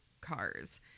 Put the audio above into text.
cars